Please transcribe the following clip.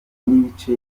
n’ibice